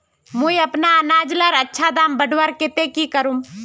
मुई अपना अनाज लार अच्छा दाम बढ़वार केते की करूम?